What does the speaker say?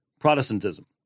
Protestantism